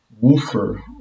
Woofer